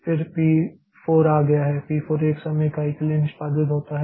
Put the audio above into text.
फिर पी 4 आ गया है पी 4 1 समय इकाई के लिए निष्पादित होता है